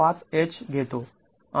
५H घेतो